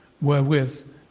wherewith